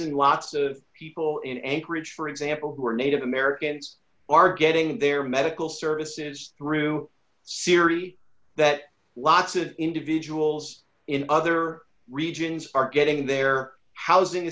and lots of people in anchorage for example who are native americans are getting their medical services through sciri that lots of individuals in other regions are getting their housing